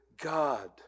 God